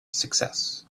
success